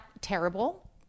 terrible